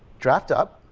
draft up.